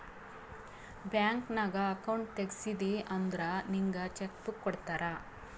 bank ನಾಗ್ account ತೆಗ್ಸಿದಿ ಅಂದುರ್ ನಿಂಗ್ ಚೆಕ್ ಬುಕ್ ಕೊಡ್ತಾರ್